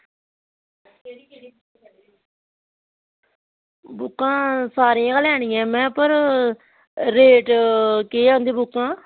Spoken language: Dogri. बुकां सारियां गै लैनियां न पर रेट केह् ऐ उनें बुकें दा